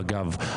בגב,